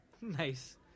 Nice